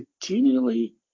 continually